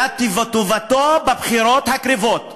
אלא טובתו בבחירות הקרבות,